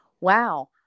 wow